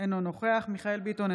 אינו נוכח מיכאל מרדכי ביטון,